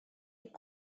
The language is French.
est